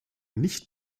nicht